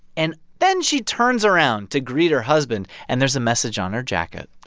and then she turns around to greet her husband, and there's a message on her jacket.